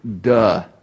duh